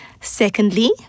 Secondly